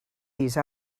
these